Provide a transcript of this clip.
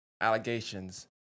allegations